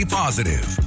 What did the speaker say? positive